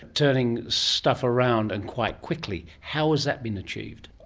turning stuff around and quite quickly. how has that been achieved?